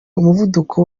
umuvuduko